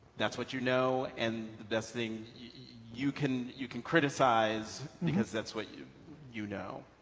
that's what you know and the this thing you can you can criticize because that's what you you know.